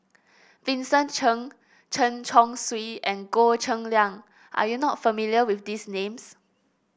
Vincent Cheng Chen Chong Swee and Goh Cheng Liang are you not familiar with these names